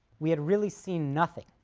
we had really seen nothing.